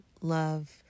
love